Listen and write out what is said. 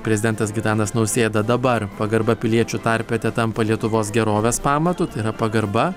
prezidentas gitanas nausėda dabar pagarba piliečių tarpe tetampa lietuvos gerovės pamatu tai yra pagarba